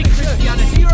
Christianity